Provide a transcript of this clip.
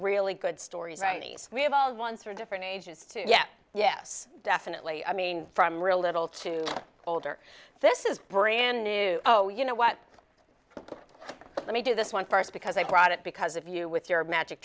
really good stories we have all the ones from different ages to yes yes definitely i mean from really little to older this is brand new oh you know what let me do this one first because i brought it because of you with your magic